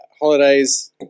holidays